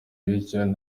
bityo